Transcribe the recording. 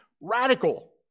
Radical